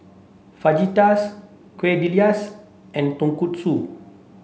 Fajitas Quesadillas and Tonkatsu